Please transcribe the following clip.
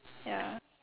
ya